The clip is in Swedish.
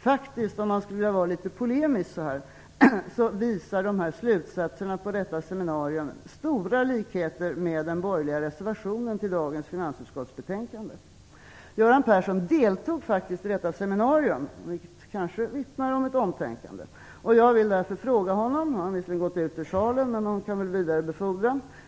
För att vara litet polemisk kan jag säga att slutsaterna från detta seminarium faktiskt visar stora likheter med den borgerliga reservationen till dagens finansutskottsbetänkande. Göran Persson deltog i detta seminarium, vilket kanske vittnar om ett omtänkande. Jag vill därför fråga honom